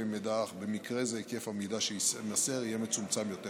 מידע אך במקרה זה היקף המידע שיימסר יהיה מצומצם יותר.